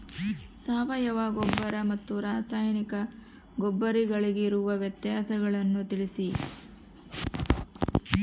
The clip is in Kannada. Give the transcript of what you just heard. ಸಾವಯವ ಗೊಬ್ಬರ ಮತ್ತು ರಾಸಾಯನಿಕ ಗೊಬ್ಬರಗಳಿಗಿರುವ ವ್ಯತ್ಯಾಸಗಳನ್ನು ತಿಳಿಸಿ?